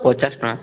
ପଚାଶ ଟଙ୍କା